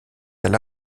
elle